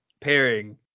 pairing